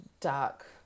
dark